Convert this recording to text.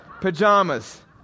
Pajamas